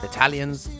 Italians